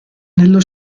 nello